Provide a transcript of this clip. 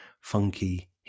funky